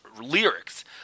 lyrics